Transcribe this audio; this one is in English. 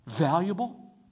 valuable